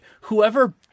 whoever